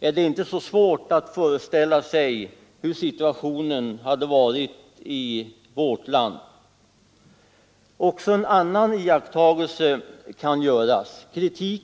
är det inte svårt att föreställa sig hur situationen hade varit i vårt land. Också en annan iakttagelse kan göras.